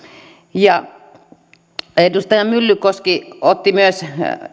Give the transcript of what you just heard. edustaja myllykoski otti esille